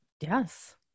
Yes